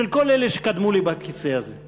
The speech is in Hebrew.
של כל אלה שקדמו לי בכיסא הזה.